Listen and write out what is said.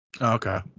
Okay